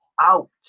out